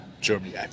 Germany